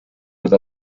with